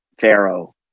Pharaoh